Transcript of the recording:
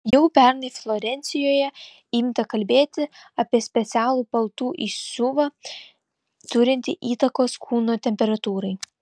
jau pernai florencijoje imta kalbėti apie specialų paltų įsiuvą turintį įtakos kūno temperatūrai